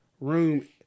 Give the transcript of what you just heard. room